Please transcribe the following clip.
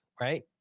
right